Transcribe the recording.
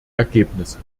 ergebnisse